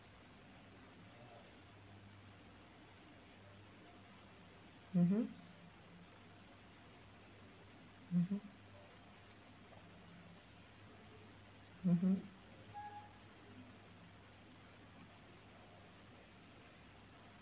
mmhmm mmhmm mmhmm